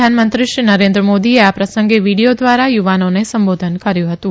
પ્રધાનમંત્રી શ્રી નરેન્દ્ર મોદીએ આ પ્રસંગે વીડીયો દ્વારા યુવાનોને સંબોધન કર્યું હતું